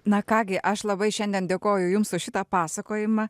na ką gi aš labai šiandien dėkoju jums už šitą pasakojimą